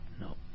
No